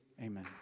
Amen